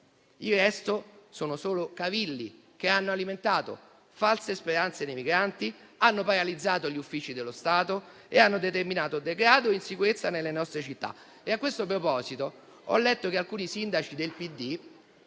si tratta solo di cavilli che hanno alimentato false speranze nei migranti, hanno paralizzato gli uffici dello Stato e hanno determinato degrado e insicurezza nelle nostre città. A questo proposito, ho letto che alcuni sindaci del PD